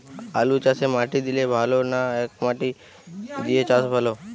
আলুচাষে মাটি দিলে ভালো না একমাটি দিয়ে চাষ ভালো?